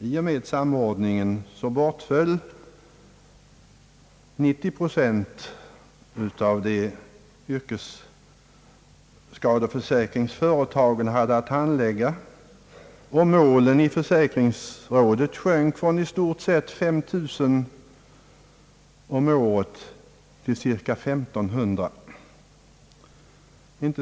I och med samordningen bortföll 90 procent av de fall yrkesskadeförsäkringsföretagen hade att handlägga, och målen i försäkringsrådet sjönk från i runt tal 5 000 till cirka 1500 om året.